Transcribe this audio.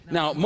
Now